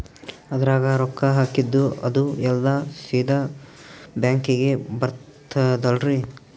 ಅದ್ರಗ ರೊಕ್ಕ ಹಾಕಿದ್ದು ಅದು ಎಲ್ಲಾ ಸೀದಾ ಬ್ಯಾಂಕಿಗಿ ಬರ್ತದಲ್ರಿ?